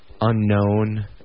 unknown